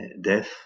death